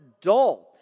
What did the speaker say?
dull